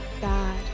God